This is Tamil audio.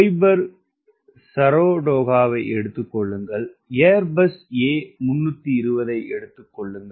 பைபர் சரடோகாவை எடுத்துக் கொள்ளுங்கள் ஏர்பஸ் ஏ 320 ஐ எடுத்துக் கொள்ளுங்கள்